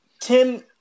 Tim